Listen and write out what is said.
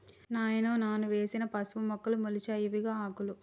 నాయనో నాను వేసిన పసుపు మొక్కలు మొలిచాయి ఇవిగో ఆకులు